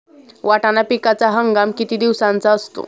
वाटाणा पिकाचा हंगाम किती दिवसांचा असतो?